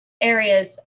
areas